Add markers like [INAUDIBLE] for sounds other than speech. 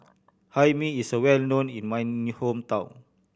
Hae Mee is well known in my [UNINTELLIGIBLE] hometown